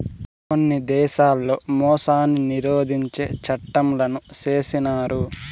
కొన్ని దేశాల్లో మోసాన్ని నిరోధించే చట్టంలను చేసినారు